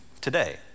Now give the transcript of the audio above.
today